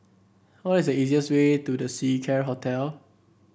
what is the easiest way to The Seacare Hotel